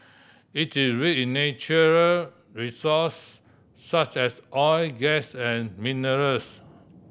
it is rich in natural resource such as oil gas and minerals